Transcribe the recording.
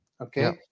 okay